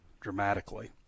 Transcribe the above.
dramatically